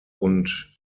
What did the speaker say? und